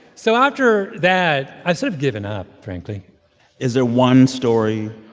so after that, i've sort of given up, frankly is there one story,